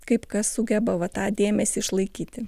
kaip kas sugeba va tą dėmesį išlaikyti